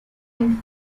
and